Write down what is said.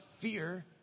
fear